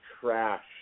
trash